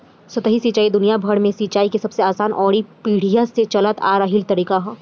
सतही सिंचाई दुनियाभर में सिंचाई के सबसे आसान अउरी पीढ़ियो से चलल आ रहल तरीका ह